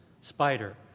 spider